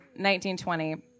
1920